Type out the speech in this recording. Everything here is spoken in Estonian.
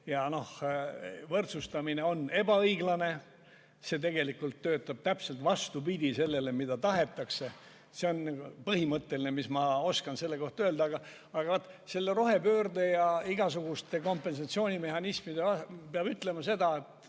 Aga võrdsustamine on ebaõiglane, see töötab tegelikult täpselt vastupidi sellele, mida tahetakse. See on põhimõtteliselt see, mida ma oskan selle kohta öelda. Aga rohepöörde ja igasuguste kompensatsioonimehhanismide kohta peab ütlema seda, et